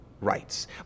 rights